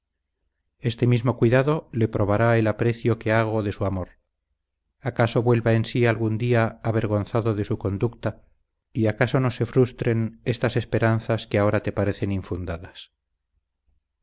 este mismo cuidado le probará el aprecio que hago de su amor acaso vuelva en sí algún día avergonzado de su conducta y acaso no se frustren estas esperanzas que ahora te parecen infundadas